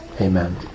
Amen